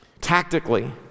tactically